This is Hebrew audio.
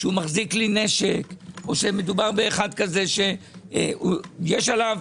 שמחזיק כלי נשק או שמדובר על אחד כזה שיש עליו